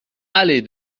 allée